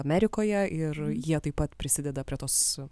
amerikoje ir jie taip pat prisideda prie tos